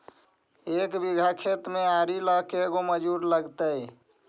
एक बिघा खेत में आरि ल के गो मजुर लगतै?